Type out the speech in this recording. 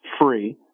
free